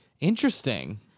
Interesting